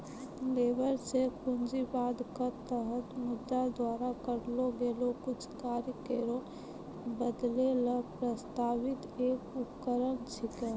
labour check पूंजीवाद क तहत मुद्रा द्वारा करलो गेलो कुछ कार्य केरो बदलै ल प्रस्तावित एक उपकरण छिकै